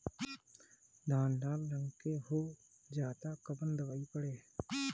धान लाल रंग के हो जाता कवन दवाई पढ़े?